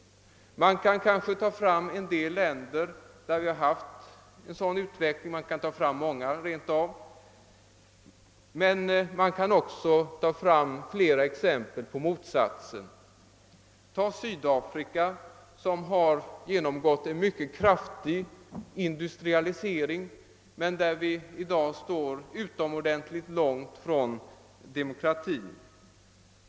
Man kan kanske ta fram en del länder som haft en sådan utveckling — man kan rent av hitta många sådana. Men man kan också anföra flera exempel på motsatsen. Tag Sydafrika, som genomgått en mycket kraftig industrialisering men där man i dag står utomordentligt långt från demokrati.